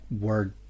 word